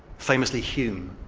famously, hume.